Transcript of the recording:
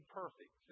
perfect